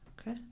Okay